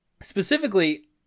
specifically